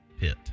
pit